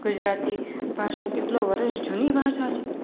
ગુજરાતી ભાષા કેટલાં વર્ષ જૂની ભાષા છે